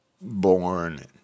born